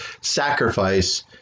sacrifice